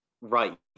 right